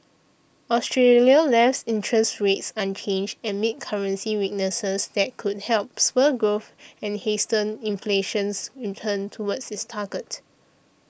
Australia left interest rates unchanged amid currency weaknesses that could help spur growth and hasten inflation's return toward its target